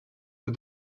but